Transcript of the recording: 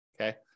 okay